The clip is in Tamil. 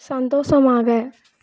சந்தோஷமாக